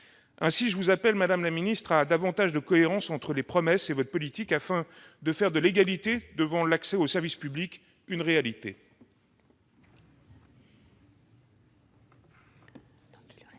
ministre, à davantage de cohérence entre les promesses et votre politique, afin de faire de l'égalité devant l'accès au service public une réalité.